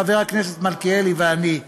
חבר הכנסת מלכיאלי ואני,